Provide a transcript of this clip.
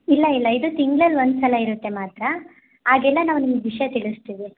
ಇಲ್ಲ ಇಲ್ಲ ಇದು ತಿಂಗ್ಳಲ್ಲಿ ಒಂದು ಸಲ ಇರುತ್ತೆ ಮಾತ್ರ ಆಗೆಲ್ಲ ನಾವು ನಿಮ್ಗೆ ವಿಷಯ ತಿಳಿಸ್ತೀವಿ